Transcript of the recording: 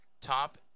top